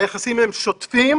היחסים הם שוטפים